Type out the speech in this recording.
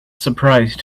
surprise